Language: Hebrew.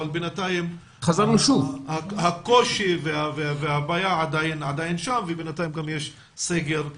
אבל הקושי והבעיה עדיין קיימים ובינתיים גם יש סגר שני,